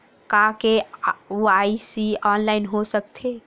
का KYC online हो सकथे?